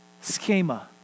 Schema